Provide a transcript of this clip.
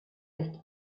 ist